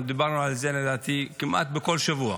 אנחנו דיברנו על זה כמעט כל שבוע.